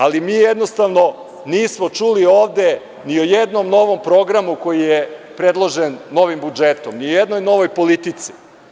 Ali, mi jednostavno nismo čuli ovde ni o jednom novom programu koji je predložen novim budžetom, ni o jednoj novoj politici.